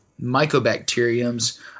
mycobacteriums